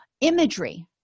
Imagery